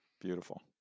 Beautiful